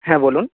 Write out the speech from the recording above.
হ্যাঁ বলুন